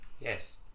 yes